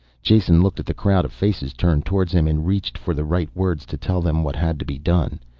jason looked at the crowd of faces turned towards him and reached for the right words to tell them what had to be done.